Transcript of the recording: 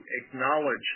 acknowledge